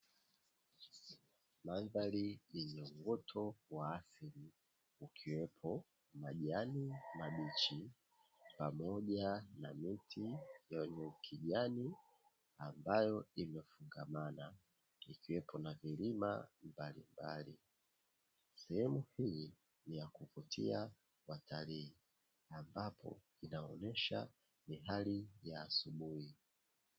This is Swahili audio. Maandhari yenye mvuto wa asili ukiwepo majani mabichi, pamoja na miti yenye kijani ambayo imefungamana ikiwepo na vilima mbalimbali. Sehemu hii ni ya kuvutia watalii ambapo inaonyesha ni hali ya asubuhi.